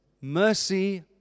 mercy